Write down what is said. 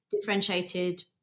differentiated